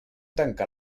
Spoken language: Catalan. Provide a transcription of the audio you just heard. tancar